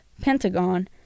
Pentagon